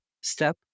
step